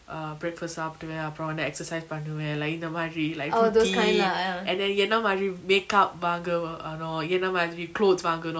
err breakfast சாப்டோனே அப்ரோ வந்து:saptone apro vanthu exercise பண்ணுவ:pannuva like இந்தமாரி:inthamari life and style and then என்னமாரி:ennamari makeup வாங்க:vanga oh போகனு என்னமாரி:pokanu ennamari clothes வாங்கனு:vanganu